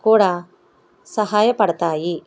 కూడా సహాయపడతాయి